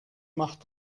macht